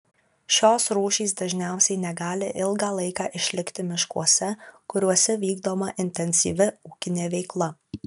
šios rūšys dažniausiai negali ilgą laiką išlikti miškuose kuriuose vykdoma intensyvi ūkinė veikla